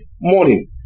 morning